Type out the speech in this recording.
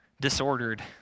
disordered